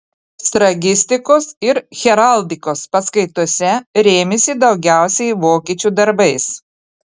sfragistikos ir heraldikos paskaitose rėmėsi daugiausiai vokiečių darbais